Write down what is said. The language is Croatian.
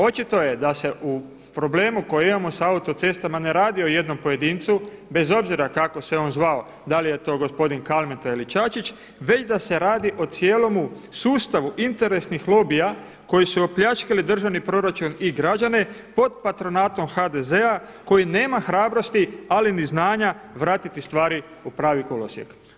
Očito je da se u problemu koji imamo sa autocestama ne radi o jednom pojedincu bez obzira kako se on zvao, da li je to gospodin Kalmeta ili Čačić, već da se radi o cijelomu sustavu interesnih lobija koji su opljačkali državni proračun i građane pod patronatom HDZ-a koji nema hrabrosti, ali ni znanja vratiti stvari u pravi kolosijek.